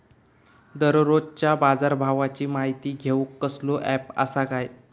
दररोजच्या बाजारभावाची माहिती घेऊक कसलो अँप आसा काय?